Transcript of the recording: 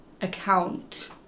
account